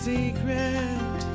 secret